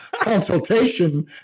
consultation